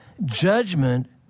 Judgment